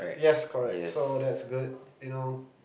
yes correct so that's good you know